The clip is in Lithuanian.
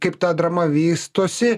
kaip ta drama vystosi